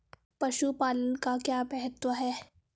पशुपालन का क्या महत्व है?